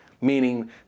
meaning